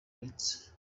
rights